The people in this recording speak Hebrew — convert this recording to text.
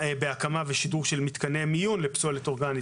ושדרוג של מתקני מיון לפסולת אורגנית,